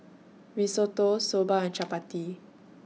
Risotto Soba and Chapati